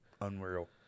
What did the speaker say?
Unreal